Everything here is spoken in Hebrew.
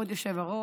כבוד היושב-ראש,